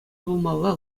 пулмалла